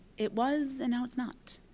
it was, and now it's not.